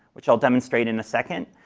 which i'll demonstrate in a second.